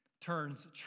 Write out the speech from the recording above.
turns